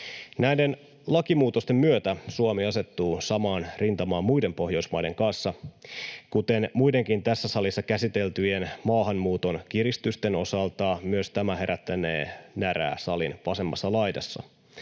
Näiden lakimuutosten myötä Suomi asettuu samaan rintamaan muiden Pohjoismaiden kanssa. Kuten muidenkin tässä salissa käsiteltyjen maahanmuuton kiristysten osalta, myös tämä herättänee närää salin vasemmassa laidassa.